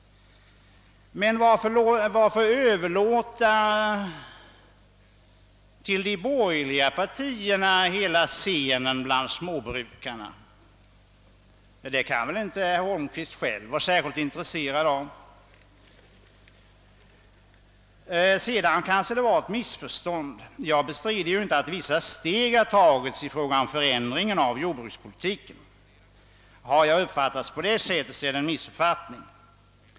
Men varför överlåta småbrukarnas pro blem till de borgerliga partierna, det kan väl inte statsrådet Holmqvist själv vara särskilt intresserad av? Det har tydligen uppstått ett missförstånd. Jag bestrider inte att vissa steg tagits beträffande förändringen av jordbrukspolitiken. Har mina ord tolkats annorlunda rör det sig om en missuppfattning.